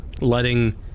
letting